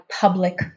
public